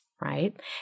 right